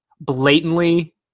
blatantly